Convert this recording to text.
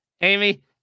amy